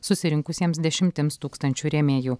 susirinkusiems dešimtims tūkstančių rėmėjų